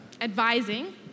advising